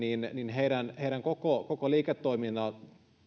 heidän heidän koko koko